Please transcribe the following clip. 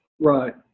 Right